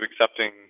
accepting